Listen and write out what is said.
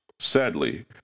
Sadly